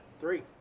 three